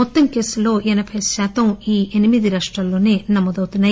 మొత్తం కేసుల్లో ఎనబైశాతం ఈ ఎనిమిది రాష్టాలల్లోనే నమోదౌతున్నాయి